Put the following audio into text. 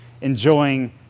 enjoying